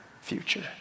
future